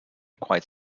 quite